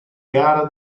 gara